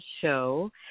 show